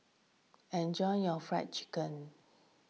enjoy your Fried Chicken